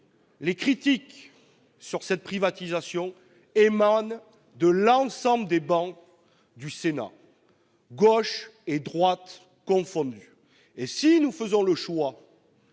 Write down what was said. les critiques de cette privatisation émanent de l'ensemble des travées du Sénat, gauche et droite confondues. Si nous faisons ensemble